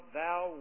thou